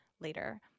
later